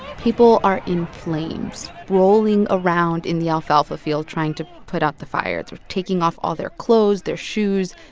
people are in flames, rolling around in the alfalfa field trying to put out the fires or taking off all their clothes, their shoes,